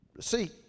see